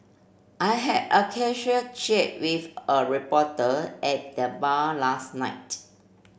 I had a casual chat with a reporter at the bar last night